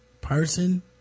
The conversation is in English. person